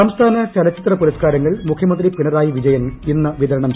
കേരള സംസ്ഥാന ചലച്ചിത്ര പുരസ്കാരങ്ങൾ മുഖ്യമന്ത്രി പിണറായി വിജയൻ ഇന്ന് വിതരണം ചെയ്യും